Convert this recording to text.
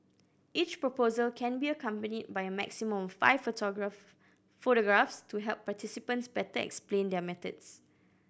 each proposal can be accompanied by a maximum of five photograph photographs to help participants better explain their methods